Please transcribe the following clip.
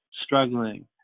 struggling